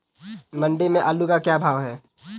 मंडी में आलू का भाव क्या है?